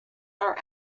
are